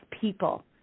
people